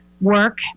work